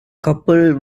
couple